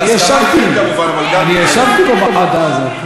אני ישבתי בוועדה הזאת.